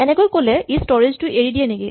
এনেকৈ ক'লে ই স্তৰেজ টো এৰি দিয়ে নেকি